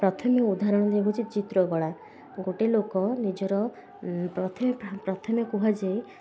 ପ୍ରଥମେ ଉଦାହରଣ ଦେଉଛି ଚିତ୍ରକଳା ଗୋଟେ ଲୋକ ନିଜର ପ୍ରଥମେ ପ୍ରଥମେ କୁହାଯାଏ